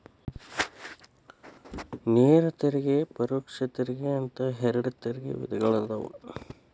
ನೇರ ತೆರಿಗೆ ಪರೋಕ್ಷ ತೆರಿಗೆ ಅಂತ ಎರಡ್ ತೆರಿಗೆ ವಿಧಗಳದಾವ